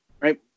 right